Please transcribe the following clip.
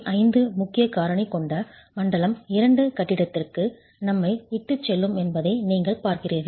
5 முக்கியக் காரணி கொண்ட மண்டலம் 2 கட்டிடத்திற்கு நம்மை இட்டுச் செல்லும் என்பதை நீங்கள் பார்க்கிறீர்கள்